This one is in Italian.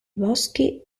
boschi